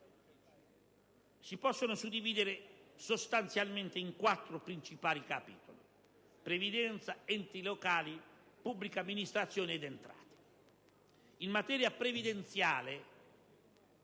si possono suddividere sostanzialmente in quattro principali capitoli: previdenza, enti locali, pubblica amministrazione ed entrate. In materia previdenziale,